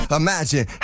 imagine